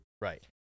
Right